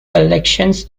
collections